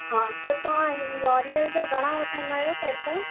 हा त तव्हां लोरियल जा घणा वठंदा आहियो पैसा